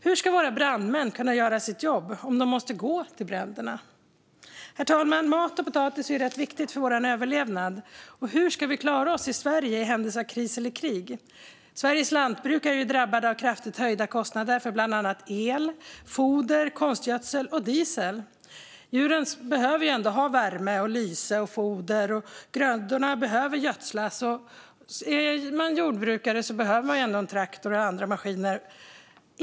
Hur ska våra brandmän kunna göra sitt jobb om de måste gå till bränderna? Herr talman! Mat och potatis är rätt viktigt för vår överlevnad. Hur ska vi klara oss i Sverige i händelse av kris eller krig? Sveriges lantbrukare är drabbade av kraftigt höjda kostnader för bland annat el, foder, konstgödsel och diesel. Djuren behöver värme, lyse och foder. Grödorna behöver gödslas, och är man jordbrukare behöver man en traktor och andra maskiner.